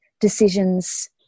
decisions